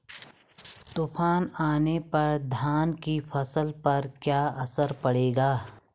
तूफान आने पर धान की फसलों पर क्या असर पड़ेगा?